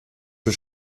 für